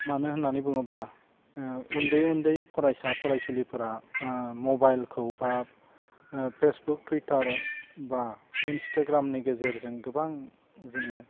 मानो होन्नानै बुङोब्ला उन्दै उन्दै फरायसा फरायसुलिफोरा मबाइलखौ बा फेसबुक टुइटार बा इन्सटाग्रामनि गेजेरजों गोबां जोङो